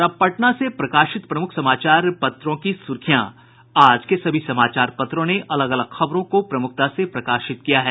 और अब पटना से प्रकाशित समाचार पत्रों की सुर्खियां आज के सभी समाचार पत्रों ने अलग अलग खबरों को प्रमुखता से प्रकाशित किया है